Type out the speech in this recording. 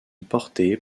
portée